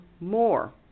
more